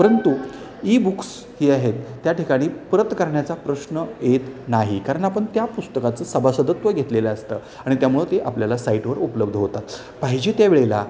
परंतु e books हे आहेत त्या ठिकाणी परत करण्याचा प्रश्न येत नाही कारण आपण त्या पुस्तकाचं सभासदत्व घेतलेलं असतं आणि त्यामुळं ते आपल्याला साईटवर उपलब्ध होतात पाहिजे त्या वेळेला